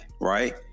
Right